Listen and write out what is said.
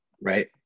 right